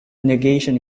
negation